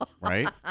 Right